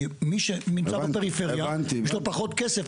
כי מי שנמצא בפריפריה יש לו פחות כסף,